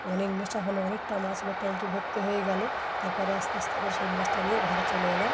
অনেক নেশা হলো অনেকটা মাছ হল ট্যাঙ্ক ভরতে হয়ে গেলো তারপরে আস্তে আস্তে করে সেই মাছটা নিয়ে ঘরে চলে এলাম